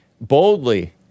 Boldly